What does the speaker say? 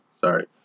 Sorry